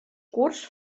curts